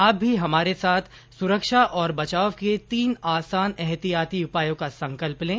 आप भी हमारे साथ सुरक्षा और बचाव के तीन आसान एहतियाती उपायों का संकल्प लें